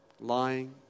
Lying